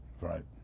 Right